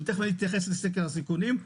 ותיכף אני אתייחס לסקר הסיכונים,